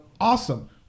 awesome